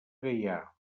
gaià